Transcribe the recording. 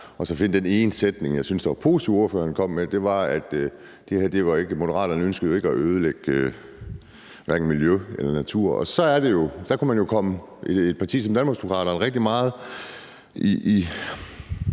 og så finde den ene sætning, jeg synes det var positivt at ordføreren kom med. Det var, at Moderaterne jo ikke ønskede at ødelægge hverken miljø eller natur. Så er det jo, at der kunne man komme et parti som Danmarksdemokraterne rigtig meget i